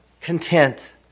content